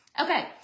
Okay